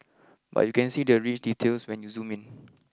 but you can see the rich details when you zoom in